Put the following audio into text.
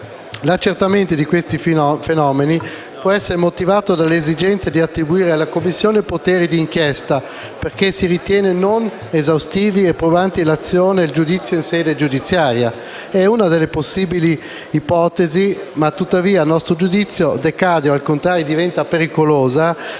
L'accertamento di fenomeni illeciti può essere motivato dall'esigenza di attribuire alla Commissione poteri di inchiesta perché - si ritiene - non esaustivi e probanti l'azione e il giudizio in sede giudiziaria. È una delle ipotesi possibili che tuttavia, a nostro giudizio, decade o, al contrario, diventa pericolosa,